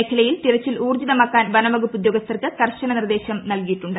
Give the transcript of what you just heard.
മേഖലയിൽ തിരച്ചിൽ ഊർജിതമാക്കാൻ വനംവകുപ്പ് ഉദ്യോഗസ്ഥർക്ക് കർശന നിർദേശം നൽകിയിട്ടുണ്ട്